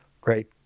great